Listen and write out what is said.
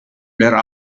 there